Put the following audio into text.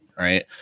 right